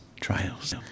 trials